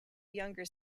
younger